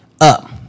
up